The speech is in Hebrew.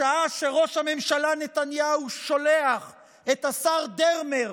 בשעה שראש הממשלה נתניהו שולח את השר דרמר